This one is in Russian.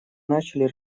начали